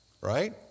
right